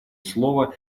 слова